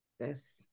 Yes